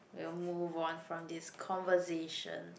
we'll move on from this conversation